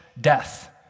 death